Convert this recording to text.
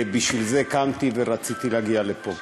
בשביל זה קמתי ורציתי להגיע לפה,